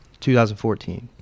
2014